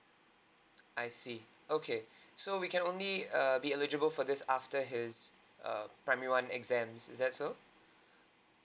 I see okay so we can only err be eligible for this after his err primary one exams is that so